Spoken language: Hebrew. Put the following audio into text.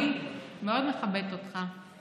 אני מאוד מכבדת אותך,